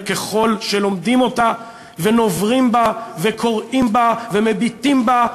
וככל שלומדים אותה ונוברים בה וקוראים בה ומביטים בה,